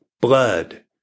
blood